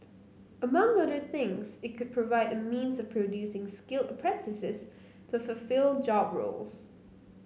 among other things it could provide a means of producing skilled apprentices to fulfil job roles